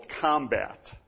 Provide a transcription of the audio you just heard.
Combat